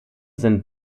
sind